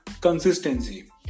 consistency